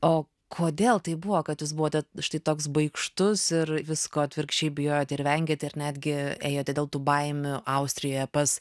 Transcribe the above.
o kodėl tai buvo kad jūs buvote štai toks baikštus ir visko atvirkščiai bijote ir vengėte ir netgi ėjote dėl tų baimių austrijoje pas